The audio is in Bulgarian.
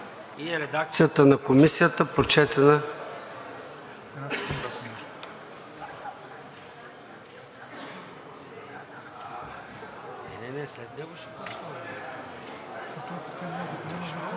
и редакцията на Комисията, прочетена…